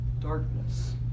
darkness